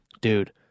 dude